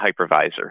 hypervisor